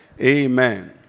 Amen